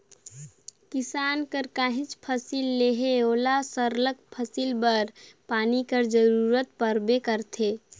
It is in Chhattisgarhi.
किसान हर काहींच फसिल लेहे ओला सरलग फसिल बर पानी कर जरूरत परबे करथे